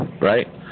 right